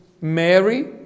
Mary